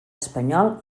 espanyol